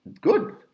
Good